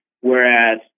whereas